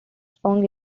strong